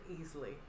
easily